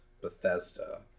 Bethesda